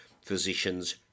physicians